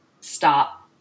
stop